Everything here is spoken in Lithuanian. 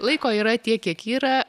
laiko yra tiek kiek yra